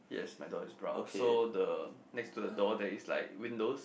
yes my door is brown so the next to the door there is like windows